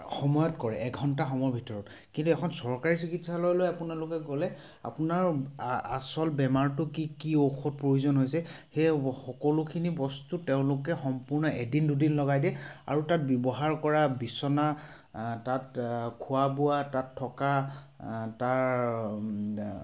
সময়ত কৰে এঘণ্টা সময়ৰ ভিতৰত কিন্তু এখন চৰকাৰী চিকিৎসালয়লৈ আপোনালোকে গ'লে আপোনাৰ আ আচল বেমাৰটো কি কি ঔষধ প্ৰয়োজন হৈছে সেই সকলোখিনি বস্তু তেওঁলোকে সম্পূৰ্ণ এদিন দুদিন লগাই দিয়ে আৰু তাত ব্যৱহাৰ কৰা বিছনা তাত খোৱা বোৱা তাত থকা তাৰ